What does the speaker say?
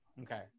Okay